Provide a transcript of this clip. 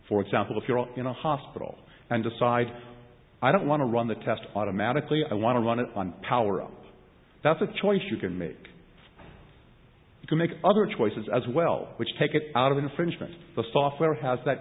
for example if you're in a hospital and decide i don't want to run the test automatically i want to run it on power up that's a choice you can make you can make other choices as well which take it out of infringement the software has that